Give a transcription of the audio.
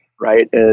right